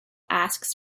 asks